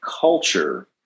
culture